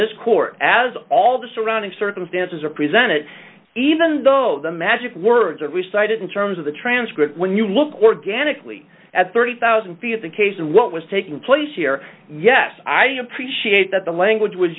this court as all the surrounding circumstances are presented even though the magic words are we cited in terms of the transcript when you look organically at thirty thousand feet of the case and what was taking place here yes i appreciate that the language was